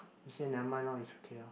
she say never mind lor it's okay lor